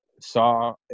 saw